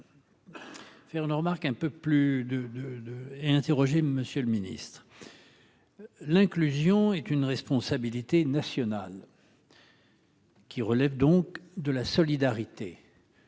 faire une remarque un peu plus de, de, de, et interroger Monsieur le Ministre, l'inclusion est une responsabilité nationale. Qui relève donc de la solidarité.